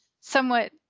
somewhat